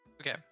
Okay